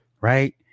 right